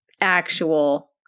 actual